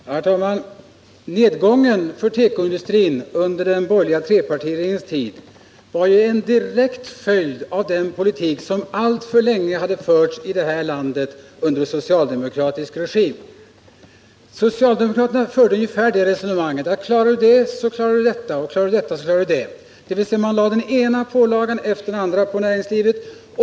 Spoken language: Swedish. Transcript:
Herr talman! Nedgången för tekoindustrin under den borgerliga trepartiregeringens tid var ju en direkt följd av den politik som alltför länge hade förts i det här landet under socialdemokratisk regim. Socialdemokraterna förde ungefär det här resonemanget: Klarar du det, så klarar du detta, och klarar du detta, så klarar du det här också, dvs. de lade den ena pålagan efter den andra på näringslivet.